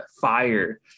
fire